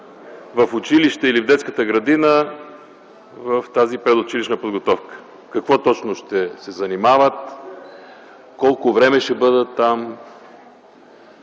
в училище или в детската градина в тази предучилищна подготовка? С какво точно ще се занимават? Колко време ще бъдат там?